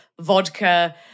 vodka